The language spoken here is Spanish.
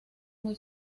muy